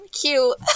cute